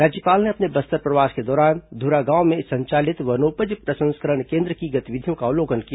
राज्यपाल ने अपने बस्तर प्रवास के दौरान ध्रागांव में संचालित वनोपज प्रसंस्करण केन्द्र की गतिविधियों का अवलोकन किया